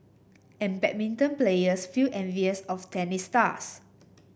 and badminton players feel envious of tennis stars